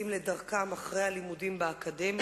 משוטטים באפלה,